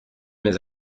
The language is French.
mes